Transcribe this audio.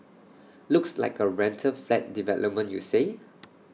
looks like A rental flat development you say